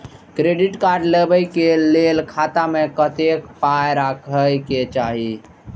Credit card लेबै के लेल खाता मे कतेक पाय राखै के चाही?